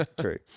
True